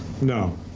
no